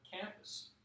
campus